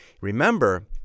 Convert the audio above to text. Remember